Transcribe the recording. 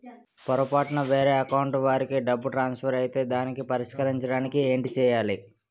పొరపాటున వేరే అకౌంట్ వాలికి డబ్బు ట్రాన్సఫర్ ఐతే దానిని పరిష్కరించడానికి ఏంటి చేయాలి?